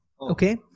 Okay